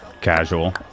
Casual